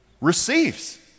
Receives